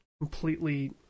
completely